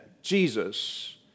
jesus